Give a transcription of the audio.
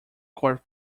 court